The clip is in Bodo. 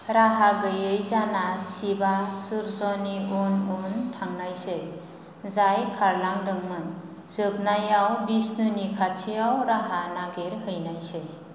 राहा गैयै जाना शिवआ सूर्यनि उन उन थांनायसै जाय खारलांदोंमोन जोबनायाव बिष्णुनि खाथियाव राहा नागिरहैनायसै